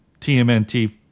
TMNT